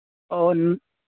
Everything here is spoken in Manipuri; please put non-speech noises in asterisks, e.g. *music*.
ꯑꯣ *unintelligible*